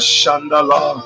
Shandala